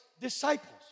disciples